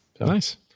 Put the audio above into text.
Nice